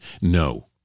no